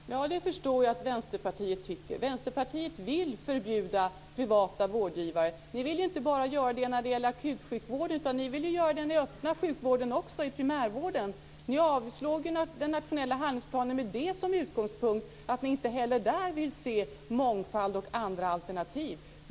Fru talman! Det förstår jag att Vänsterpartiet tycker. Vänsterpartiet vill förbjuda privata vårdgivare. Ni vill inte bara göra det när det gäller akutsjukvården, utan ni vill göra det i den öppna sjukvården också, i primärvården. Ni avslog ju den nationella handlingsplanen med det som utgångspunkt, att ni inte heller där vill se mångfald och andra alternativ.